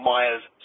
Myers